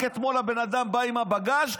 רק אתמול הבן אדם בא עם הבגאז',